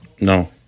No